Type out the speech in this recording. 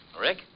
Rick